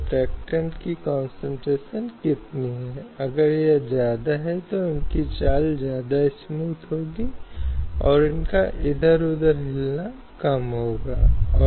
यदि व्यक्तिगत कानून प्रचलित समय के संदर्भ में एक बदलाव या संशोधन से गुजरते हैं तो जो परिवर्तन समय के साथ हुए हैं उसी के संबंध में कोई कठिनाई नहीं है